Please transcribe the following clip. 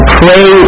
pray